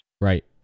Right